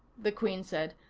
the queen said,